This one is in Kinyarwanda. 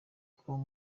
k’uwo